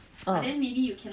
um